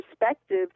perspective